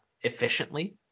efficiently